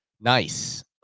Nice